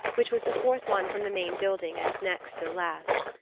which was the fourth one from the main building and next to the last.